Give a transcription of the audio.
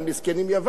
מסכנים יוון,